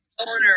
owner